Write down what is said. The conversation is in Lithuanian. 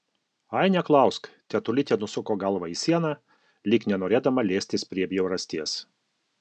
ai neklausk tetulytė nusuko galvą į sieną lyg nenorėdama liestis prie bjaurasties